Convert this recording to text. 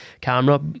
camera